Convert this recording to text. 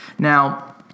Now